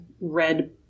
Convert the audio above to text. red